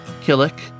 Killick